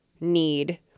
need